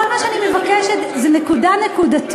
כל מה שאני מבקשת זה נקודה נקודתית,